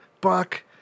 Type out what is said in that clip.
buck